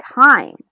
time